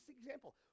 example